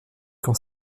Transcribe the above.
quand